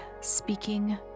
speaking